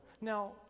now